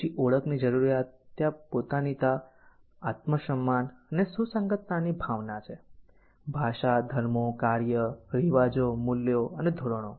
પછી ઓળખની જરૂરિયાત ત્યાં પોતાનીતા આત્મસન્માન અને સુસંગતતાની ભાવના છે ભાષા ધર્મો કાર્ય રિવાજો મૂલ્યો અને ધોરણો